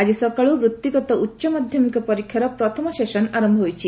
ଆଜି ସକାଳୁ ବୃତ୍ତିଗତ ଉଚ୍ଚମାଧ୍ୟମିକ ପରୀକ୍ଷାର ପ୍ରଥମ ସେସନ୍ ଆରମ୍ଭ ହୋଇଛି